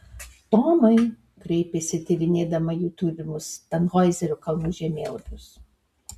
tomai kreipėsi tyrinėdama jų turimus tanhoizerio kalnų žemėlapius